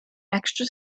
extra